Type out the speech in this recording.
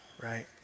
right